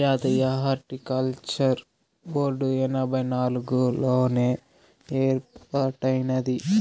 జాతీయ horticulture board ఎనభై నాలుగుల్లోనే ఏర్పాటైనాది